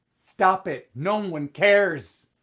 stop it! no um one cares.